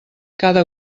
cada